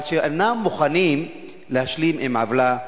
אבל שאינם מוכנים להשלים עם עוולה,